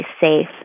safe